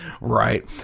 right